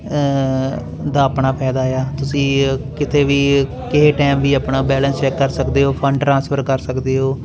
ਦਾ ਆਪਣਾ ਫ਼ਾਇਦਾ ਆ ਤੁਸੀਂ ਕਿਤੇ ਵੀ ਕਿਸੇ ਟਾਈਮ ਵੀ ਆਪਣਾ ਬੈਲੈਂਸ ਚੈੱਕ ਕਰ ਸਕਦੇ ਹੋ ਫੰਡ ਟਰਾਂਸਫਰ ਕਰ ਸਕਦੇ ਹੋ